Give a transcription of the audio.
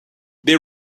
they